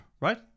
right